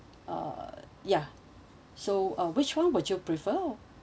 uh ya so uh which one would you prefer